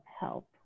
help